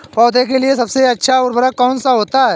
पौधे के लिए सबसे अच्छा उर्वरक कौन सा होता है?